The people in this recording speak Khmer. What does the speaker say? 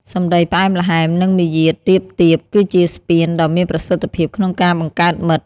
សម្ដីផ្អែមល្ហែម និងមារយាទរាបទាប គឺជាស្ពានដ៏មានប្រសិទ្ធភាពក្នុងការបង្កើតមិត្ត។